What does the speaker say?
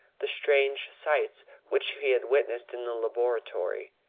the strange sights which he had witnessed in the laboratory,